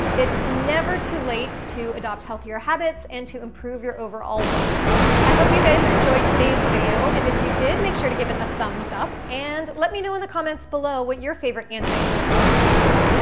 it's never too late to adopt healthier habits and to improve your overall wellness. i hope you guys enjoyed today's video and if you did, make sure to give it a thumbs up and let me know in the comments below what your favorite anti-inflammatory foods are.